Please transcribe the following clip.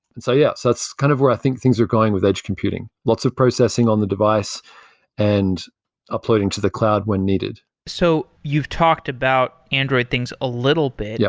and so yeah, so that's kind of where i think things are going with edge computing lots of processing on the device and uploading to the cloud when needed so you've talked about android things a little bit. yeah